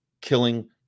killing